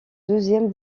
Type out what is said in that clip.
deuxième